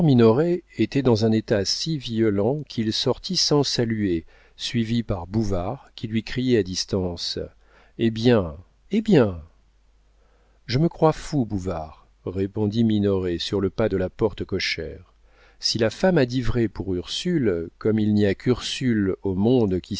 était dans un état si violent qu'il sortit sans saluer suivi par bouvard qui lui criait à distance eh bien eh bien je me crois fou bouvard répondit minoret sur le pas de la porte cochère si la femme a dit vrai pour ursule comme il n'y a qu'ursule au monde